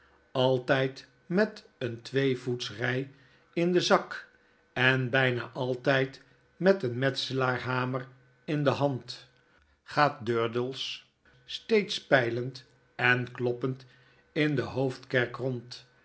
altyd met een tweevoetsry in den zak en byha altyd met een metselaars hamer in de hand gaat durdels steeds peilend en kloppend in de hoofdkerk rond